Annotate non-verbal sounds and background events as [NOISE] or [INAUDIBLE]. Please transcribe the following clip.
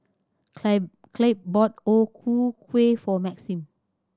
[UNINTELLIGIBLE] Clabe bought O Ku Kueh for Maxim